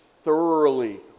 Thoroughly